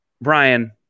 Brian